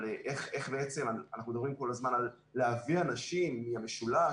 אנחנו מדברים כל הזמן על להביא אנשים מהמשולש,